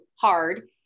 hard